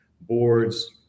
boards